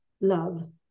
love